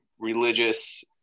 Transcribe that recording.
religious